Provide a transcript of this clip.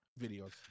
videos